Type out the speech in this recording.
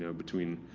you know between